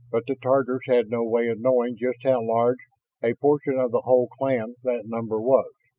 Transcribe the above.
but the tatars had no way of knowing just how large a portion of the whole clan that number was.